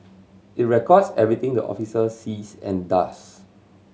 it records everything the officer sees and does